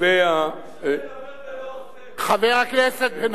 מי שמדבר ולא עושה, חבר הכנסת בן-ארי.